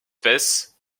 face